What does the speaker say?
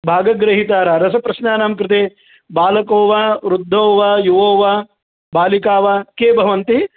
भागगृहीतारं रसप्रश्नानां कृते बालको वा वृद्धो वा युवो वा बालिकाः वा के भवन्ति